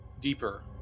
deeper